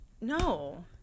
No